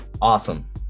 Awesome